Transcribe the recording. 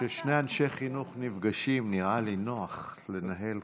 כששני אנשי חינוך נפגשים, נראה לי נוח לנהל.